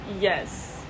Yes